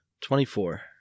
twenty-four